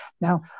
Now